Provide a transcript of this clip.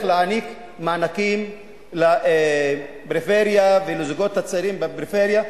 להעניק מענקים לפריפריה ולזוגות הצעירים בפריפריה.